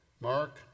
Mark